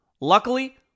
Luckily